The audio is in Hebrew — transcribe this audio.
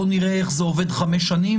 בואו נראה איך זה עובד חמש שנים,